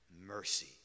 mercy